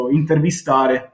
intervistare